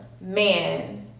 man